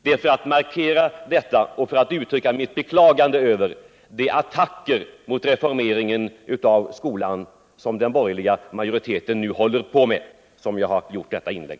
Det är för att markera detta och för att uttrycka mitt beklagande av de attacker mot reformeringen av skolan, vilka den borgerliga majoriteten nu håller på med, som jag har gjort detta inlägg.